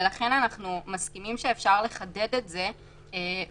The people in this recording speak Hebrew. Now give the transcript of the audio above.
לכן אנחנו מסכימים שאפשר לחדד את זה ולהסביר